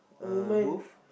woman